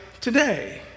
today